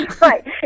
Right